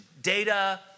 data